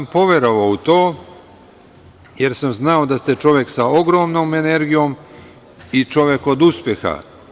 Poverovao sam u to, jer sam znao da ste čovek sa ogromnom energijom i čovek od uspeha.